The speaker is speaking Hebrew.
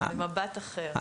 זה מבט אחר.